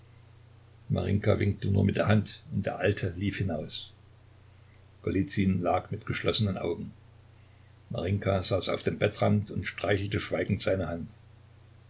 winkte nur mit der hand und der alte lief hinaus golizyn lag lange mit geschlossenen augen marinjka saß auf dem bettrand und streichelte schweigend seine hand